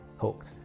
hooked